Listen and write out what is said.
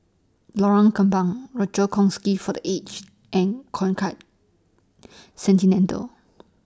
Lorong Kembang Rochor For The Aged and Concard Centenendal